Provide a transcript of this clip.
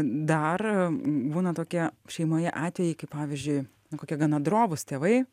dar būna tokie šeimoje atvejai kai pavyzdžiui kokie gana drovūs tėvai